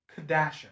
Kadasha